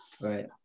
Right